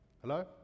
Hello